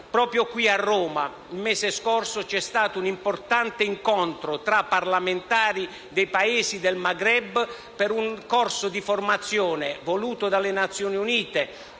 Proprio qui a Roma, il mese scorso, c'è stato un importante incontro tra parlamentari dei Paesi del Maghreb per un corso di formazione, voluto dalle Nazioni Unite